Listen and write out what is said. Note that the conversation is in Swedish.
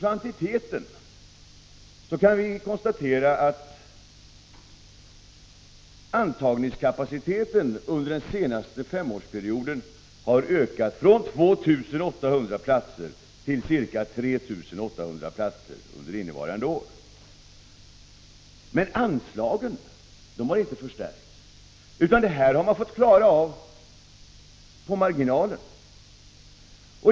Vi kan konstatera att antagningskapaciteten under den senaste femårsperioden har ökat från 2 800 platser till ca 3 800 under innevarande år. Men anslagen har inte förstärkts. Den här ökningen har man fått klara av på marginalen.